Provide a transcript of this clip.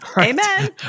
Amen